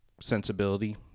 sensibility